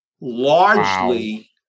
Largely